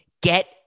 get